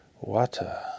water